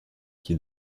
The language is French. qui